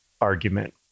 argument